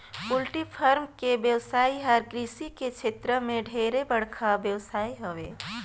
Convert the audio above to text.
poultry farm के बेवसाय हर कृषि के छेत्र में ढेरे बड़खा बेवसाय हवे